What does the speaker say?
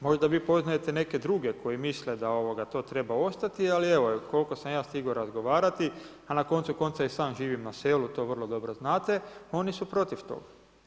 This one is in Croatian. Možda vi poznajete neke druge, koji misle da to treba ostati, ali evo, koliko sam ja stigao razgovarati, a na koncu konca i sam živim na selu, to vrlo dobro znate, oni su protiv toga.